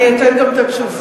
אני אתן גם את התשובה.